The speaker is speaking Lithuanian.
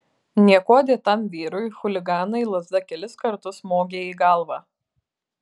niekuo dėtam vyrui chuliganai lazda kelis kartus smogė į galvą